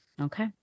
Okay